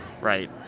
right